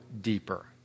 deeper